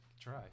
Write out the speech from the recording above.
Try